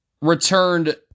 returned